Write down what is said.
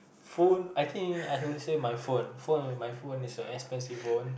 phone I think I would say my phone phone my phone is a expensive phone